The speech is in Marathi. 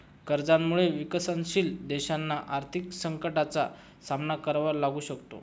कर्जामुळे विकसनशील देशांना आर्थिक संकटाचा सामना करावा लागू शकतो